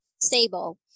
stable